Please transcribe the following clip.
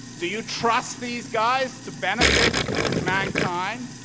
do you trust these guys to benefit mankind?